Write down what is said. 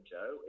Joe